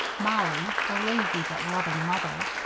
mollie a lazy but loving mother.